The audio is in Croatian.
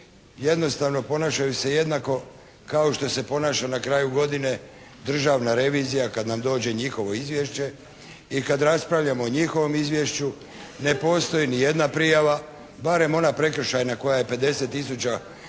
jednostavno ponašaju se jednako kao što se ponaša na kraju godine državna revizija kada nam dođe njihovo izvješće i kada raspravljamo o njihovom izvješću ne postoji ni jedna prijava, barem ona prekršajna koja je 5O tisuća